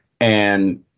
and-